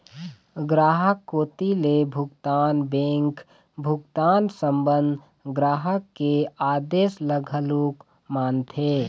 गराहक कोती ले भुगतान बेंक भुगतान संबंध ग्राहक के आदेस ल घलोक मानथे